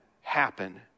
happen